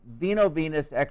veno-venous